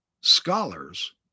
scholars